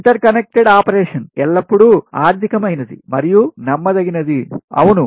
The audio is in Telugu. ఇంటర్కనెక్టడ్ ఆపరేషన్ ఎల్లప్పుడూ ఆర్థిక మైనది మరియు నమ్మదగినది అవును